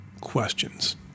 questions